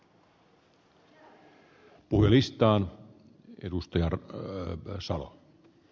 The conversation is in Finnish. kysymyksessä on sen perheen lapsi